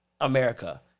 America